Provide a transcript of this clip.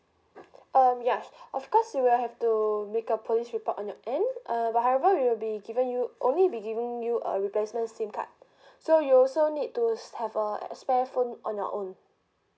um ya of course you will have to make a police report on your end uh but however we will be giving you only be giving you a replacement SIM card so you also need to s~ have a spare phone on your own